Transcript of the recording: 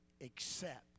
accept